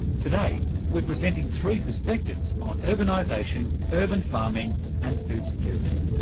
today, we're presenting three perspectives on urbanisation, urban farming and food security.